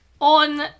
on